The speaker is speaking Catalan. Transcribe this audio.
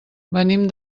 venim